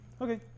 Okay